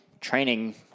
training